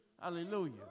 Hallelujah